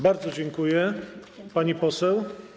Bardzo dziękuję, pani poseł.